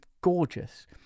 gorgeous